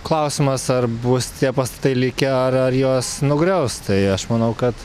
klausimas ar bus tie pastatai likę ar ar juos nugriaus tai aš manau kad